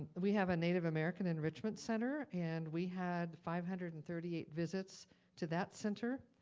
we have a native american enrichment center, and we had five hundred and thirty eight visits to that center.